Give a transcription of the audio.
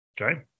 Okay